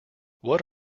what